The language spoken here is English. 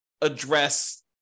address